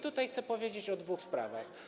Tu chcę powiedzieć o dwóch sprawach.